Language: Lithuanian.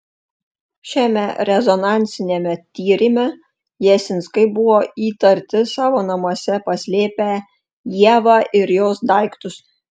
šiame rezonansiniame tyrime jasinskai buvo įtarti savo namuose paslėpę ievą ir jos daiktus